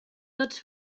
tots